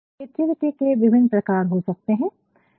तो क्रिएटिविटी के विभिन्न प्रकार हो सकते हैं